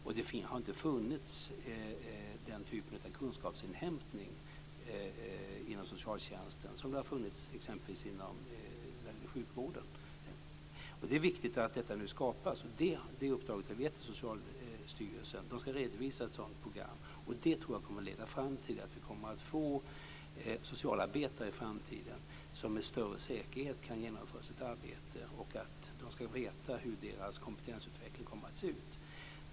Den typen av kunskapsinhämtning har inte funnits inom socialtjänsten som t.ex. har funnits inom sjukvården. Det är viktigt att skapa detta, och det uppdraget har getts till Socialstyrelsen. Man ska redovisa ett sådant program. Det kommer att leda fram till att socialarbetare i framtiden med större säkerhet kan genomföra sitt arbete och veta hur deras kompetensutveckling kommer att se ut.